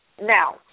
Now